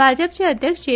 भाजपाचे अध्यक्ष जे